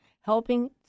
helping